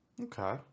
Okay